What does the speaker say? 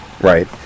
Right